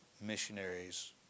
missionaries